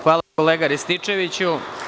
Hvala, kolega Rističeviću.